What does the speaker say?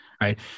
right